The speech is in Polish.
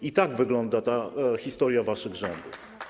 I tak wygląda ta historia waszych rządów.